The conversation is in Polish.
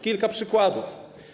Kilka przykładów.